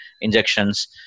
injections